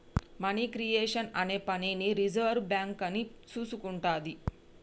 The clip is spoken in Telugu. మనీ క్రియేషన్ అనే పనిని రిజర్వు బ్యేంకు అని చూసుకుంటాది